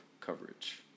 coverage